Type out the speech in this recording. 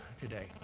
today